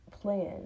plan